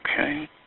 Okay